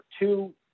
two